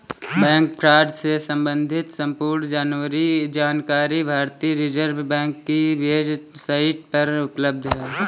bank fraud से सम्बंधित संपूर्ण जानकारी भारतीय रिज़र्व बैंक की वेब साईट पर उपलब्ध है